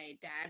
dad